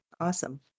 awesome